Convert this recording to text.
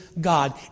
God